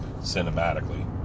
cinematically